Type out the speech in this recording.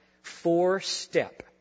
four-step